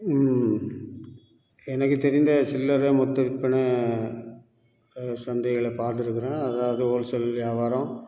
எனக்கு தெரிந்த சில்லறை மொத்த விற்பனை சந்தைகளை பாத்துருக்கிறேன் அதாவது ஹோல்சேல் வியாபாரம்